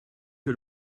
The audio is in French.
que